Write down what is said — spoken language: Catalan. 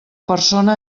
persona